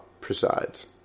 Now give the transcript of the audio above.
presides